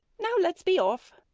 now let's be off.